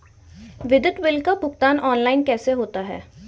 विद्युत बिल का भुगतान ऑनलाइन कैसे होता है?